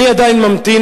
אני עדיין ממתין,